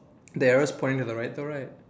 the arrow's pointing to the right though right